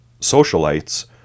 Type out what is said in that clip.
socialites